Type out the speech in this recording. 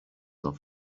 off